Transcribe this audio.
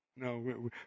No